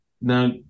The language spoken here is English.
Now